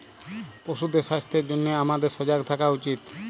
পশুদের স্বাস্থ্যের জনহে হামাদের সজাগ থাকা উচিত